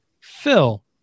Phil